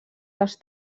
dels